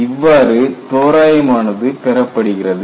இவ்வாறு தோராயம் ஆனது பெறப்படுகிறது